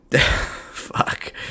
Fuck